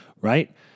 Right